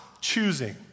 choosing